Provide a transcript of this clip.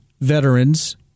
veterans